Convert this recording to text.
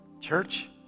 church